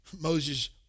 Moses